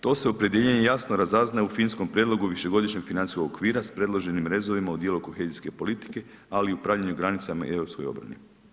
To se opredjeljenje jasno razaznaje u finskom prijedlogu višegodišnjeg financijskog okvira s predloženim rezovima u dijelu kohezijske politike, ali u upravljanju granicama i europskoj obrani.